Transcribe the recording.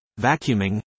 vacuuming